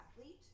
athlete